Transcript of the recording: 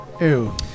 Ew